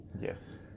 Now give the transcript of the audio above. Yes